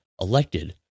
elected